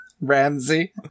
Ramsey